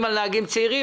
מדברים על נהגים צעירים,